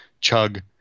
chug